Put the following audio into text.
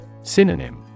Synonym